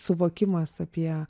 suvokimas apie